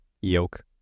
Yoke